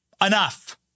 enough